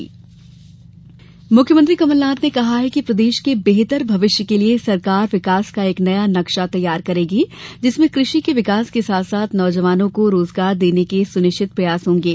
युवा स्वाभिमान योजना मुख्यमंत्री कमलनाथ ने कहा है कि प्रदेश के बेहतर भविष्य के लिये सरकार विकास का एक नया नक्शा तैयार करेगी जिसमें कृषि के विकास के साथ साथ नौजवानों को रोजगार देने के सुनिश्चित प्रयास होंगे